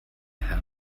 herr